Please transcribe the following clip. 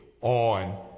on